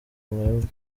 mwebwe